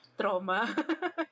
trauma